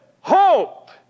hope